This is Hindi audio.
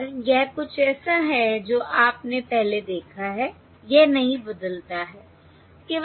और यह कुछ ऐसा है जो आपने पहले देखा है यह नहीं बदलता है